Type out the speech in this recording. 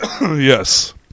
Yes